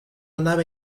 nave